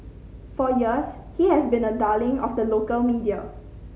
for years he has been a darling of the local media